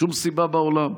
שום סיבה בעולם.